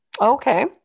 okay